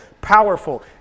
powerful